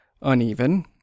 uneven